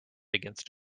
against